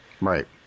right